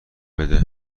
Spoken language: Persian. بده